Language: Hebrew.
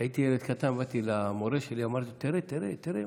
כשהייתי ילד קטן באתי למורה שלי ואמרתי לו: תראה,